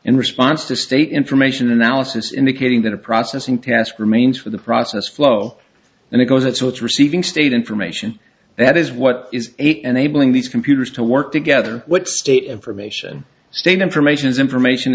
in response to state information analysis indicating that a processing task remains for the process flow and it goes it's receiving state information that is what is eight enabling these computers to work together what state information state information is information